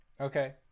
Okay